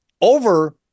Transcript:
over